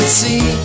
see